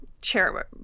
chair